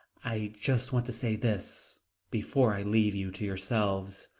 i just want to say this before i leave you to yourselves.